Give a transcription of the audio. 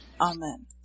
Amen